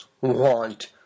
want